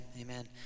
amen